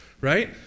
right